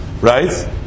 right